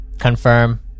confirm